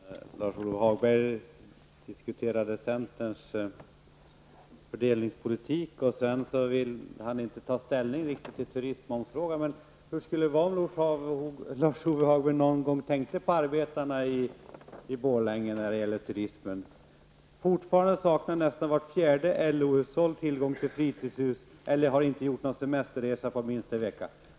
Herr talman! Lars-Ove Hagberg diskuterade centerns fördelningspolitik, och sedan ville han inte riktigt ta ställning i turistmomsfrågan. Hur skulle det vara om Lars-Ove Hagberg någon gång tänkte på arbetarna i Borlänge när det gäller turismen. Fortfarande har nästan vart fjärde LO-hushåll inte tillgång till ett fritidshus, eller också har de inte haft minst en semestervecka.